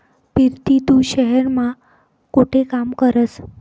पिरती तू शहेर मा कोठे काम करस?